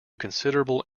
considerable